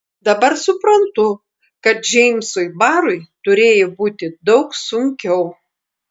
dabar suprantu kad džeimsui barui turėjo būti daug sunkiau